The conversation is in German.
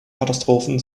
katastrophen